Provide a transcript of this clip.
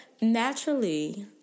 naturally